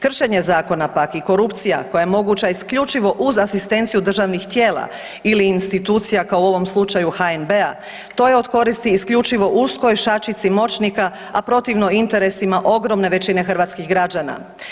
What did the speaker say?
Kršenje zakona pak i korupcija koja je moguća isključivo uz asistenciju državnih tijela ili institucija kao u ovom slučaju HNB-a to je od koristi isključivo uskoj šačici moćnika, a protivno interesima ogromne većine hrvatskih građana.